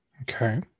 Okay